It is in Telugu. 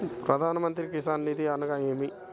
ప్రధాన మంత్రి కిసాన్ నిధి అనగా నేమి?